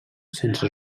sense